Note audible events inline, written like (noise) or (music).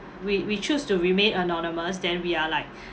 we we chose to remain anonymous than we are like (breath)